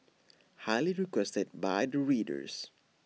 highly requested by the readers